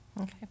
Okay